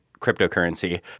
cryptocurrency